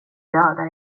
döda